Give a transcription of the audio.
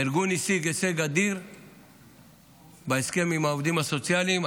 הארגון השיג הישג אדיר בהסכם עם העובדים הסוציאליים.